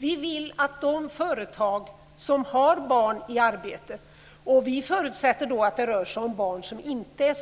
Vi vill att de företag som har barn i arbete - och vi förutsätter att det inte rör sig om